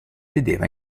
vedeva